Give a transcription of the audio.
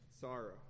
sorrow